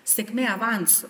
sėkmė avansu